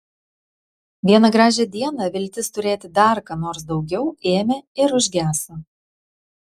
vieną gražią dieną viltis turėti dar ką nors daugiau ėmė ir užgeso